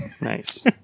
Nice